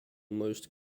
most